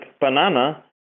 banana